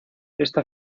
esta